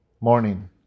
morning